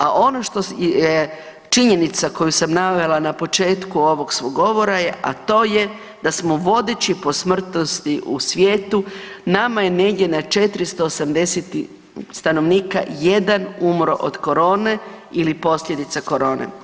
A ono što je činjenica koju sam navela na početku ovog svog govora a to je da smo vodeći po smrtnosti u svijetu, nama je negdje na 480 stanovnika, jedan umro od korone ili posljedica korone.